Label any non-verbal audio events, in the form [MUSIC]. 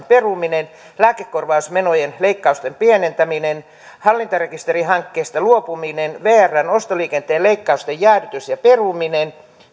[UNINTELLIGIBLE] peruminen lääkekorvausmenojen leikkausten pienentäminen hallintarekisterihankkeesta luopuminen vrn ostoliikenteen leikkausten jäädytys ja peruminen